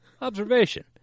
Observation